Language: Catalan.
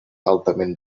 altament